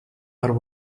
are